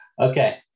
Okay